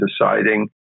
deciding